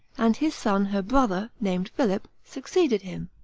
and his son, her brother, named philip, succeeded him.